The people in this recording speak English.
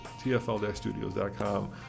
tfl-studios.com